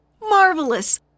Marvelous